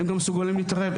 הם גם מסוגלים להתערב.